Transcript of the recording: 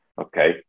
okay